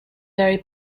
very